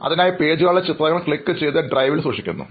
അതിനായി പേജുകളുടെ ചിത്രങ്ങൾ ക്ലിക്ക് ചെയ്തു ഡ്രൈവിൽ സൂക്ഷിക്കുന്നു